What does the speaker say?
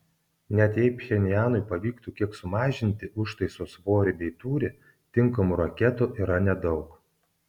net jei pchenjanui pavyktų kiek sumažinti užtaiso svorį bei tūrį tinkamų raketų yra nedaug